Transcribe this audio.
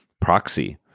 proxy